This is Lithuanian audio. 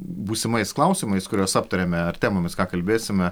būsimais klausimais kuriuos aptariame ar temomis ką kalbėsime